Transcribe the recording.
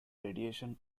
radiation